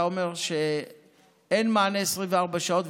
אתה אומר שאין מענה 24 שעות,